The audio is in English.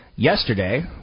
Yesterday